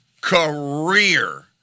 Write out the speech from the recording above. career